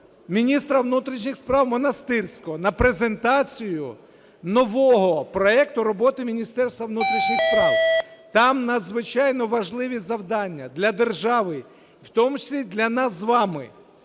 міністра внутрішніх справ Монастирського, на презентацію нового проекту роботи Міністерства внутрішніх справ. Там надзвичайно важливі завдання для держави, в тому числі для нас з вами.